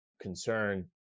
concern